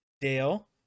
Dale